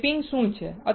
તો લેપિંગ શું છે